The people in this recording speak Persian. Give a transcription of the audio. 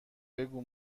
بگو